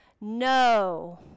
No